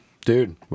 dude